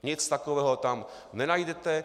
Nic takového tam nenajdete.